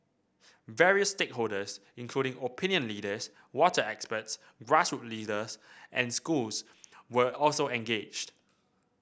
various stakeholders including opinion leaders water experts grassroot leaders and schools were also engaged